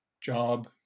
job